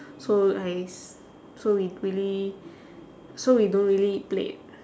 so I s~ so we really so we don't really play it